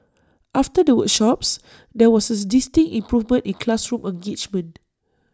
after the workshops there was distinct improvement in classroom engagement